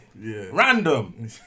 random